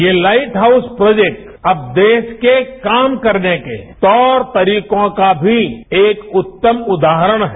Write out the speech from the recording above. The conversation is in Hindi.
ये लाइट हाउस प्रोजेक्ट अबदेश के काम करने के तौर तरीकों का भी एक उत्तम उदाहरण है